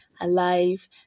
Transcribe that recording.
alive